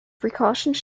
precautions